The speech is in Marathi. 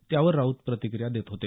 त्यावर राऊत प्रतिक्रीया देत होते